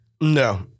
no